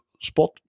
spot